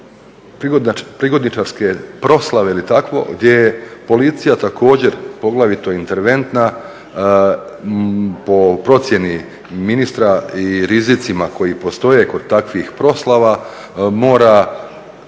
prigodničarske proslave gdje je policija također interventna po procjeni ministra i rizicima koje postoje kod takvih proslava mora